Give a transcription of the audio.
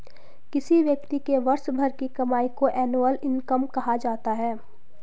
किसी व्यक्ति के वर्ष भर की कमाई को एनुअल इनकम कहा जाता है